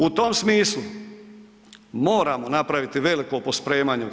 U tom smislu moramo napraviti veliko pospremanje u RH.